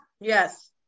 yes